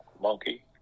Monkey